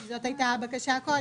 זאת הייתה הבקשה קודם.